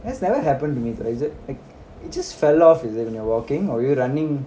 that's never happened to me though is it like it just fell off is it when you're walking or were you running